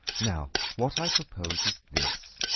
now, what i propose is this.